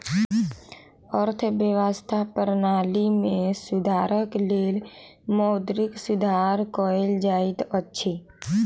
अर्थव्यवस्था प्रणाली में सुधारक लेल मौद्रिक सुधार कयल जाइत अछि